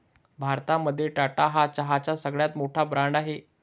भारतामध्ये टाटा हा चहाचा सगळ्यात मोठा ब्रँड आहे